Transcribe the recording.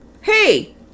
hey